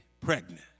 pregnant